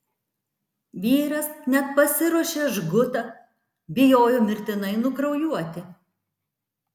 vyras net pasiruošė žgutą bijojo mirtinai nukraujuoti